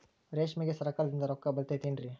ರೇಷ್ಮೆಗೆ ಸರಕಾರದಿಂದ ರೊಕ್ಕ ಬರತೈತೇನ್ರಿ?